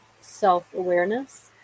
self-awareness